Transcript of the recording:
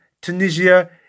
Tunisia